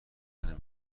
نمیکنه